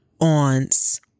aunts